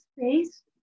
space